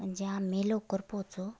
म्हणजे आम्ही लवकर पोचू